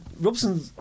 Robson